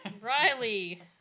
Riley